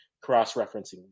cross-referencing